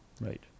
Right